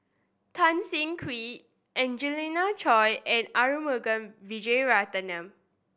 Tan Siah Kwee Angelina Choy and Arumugam Vijiaratnam